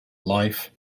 life